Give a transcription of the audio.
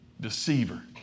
Deceiver